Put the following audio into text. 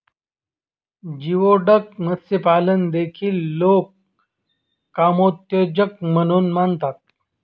geoduck मत्स्यपालन देखील लोक कामोत्तेजक म्हणून मानतात